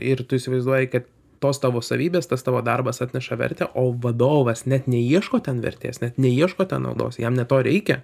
ir tu įsivaizduoji kad tos tavo savybės tas tavo darbas atneša vertę o vadovas net neieško ten vertės net neieško ten naudos jam ne to reikia